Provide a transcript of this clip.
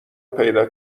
پیدا